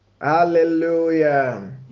Hallelujah